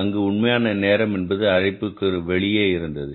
அந்த உண்மையான நேரம் என்பது அடைப்புக்குறிக்கு வெளியே வந்தது